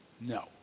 No